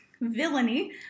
villainy